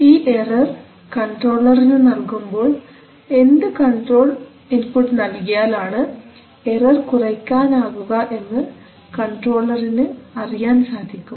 ഈ എറർ കൺട്രോളർനു നൽകുമ്പോൾ എന്ത് കൺട്രോൾ ഇൻപുട്ട് നൽകിയാൽ ആണ് എറർ കുറയ്ക്കാൻ ആകുക എന്ന് കൺട്രോളർനു അറിയാൻ സാധിക്കും